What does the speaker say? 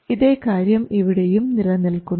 ഇതേ കാര്യം ഇവിടെയും നിലനിൽക്കുന്നു